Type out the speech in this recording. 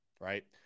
right